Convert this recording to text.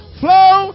flow